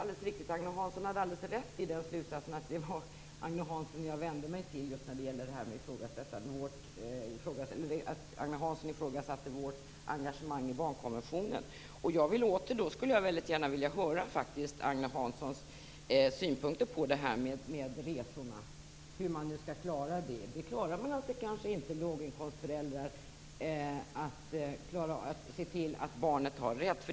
Agne Hansson hade alldeles rätt i slutsatsen att det var honom jag vände mig till när det gäller det här att han ifrågasatte vårt engagemang för barnkonventionen. Då skulle jag faktiskt väldigt gärna vilja höra Agne Hanssons synpunkter på det här med resorna och hur man skall klara det. Låginkomstföräldrar klarar kanske inte att se till att barnet får rätt.